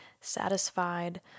satisfied